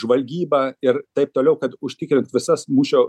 žvalgyba ir taip toliau kad užtikrint visas mūšio